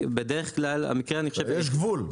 בדרך כלל --- יש גבול,